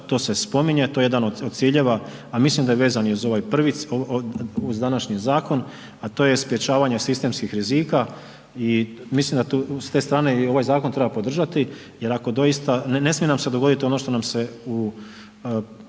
to se spominje, to je jedan od ciljeva a mislim da je vezan i uz ovaj prvi cilj, uz današnji zakon a to je sprječavanje sistemskih rizika i mislim da s te strane i ovaj zakon treba podržati jer ako doista, ne smije nam se dogoditi ono što nam se u